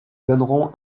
donneront